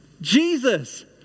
Jesus